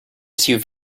suv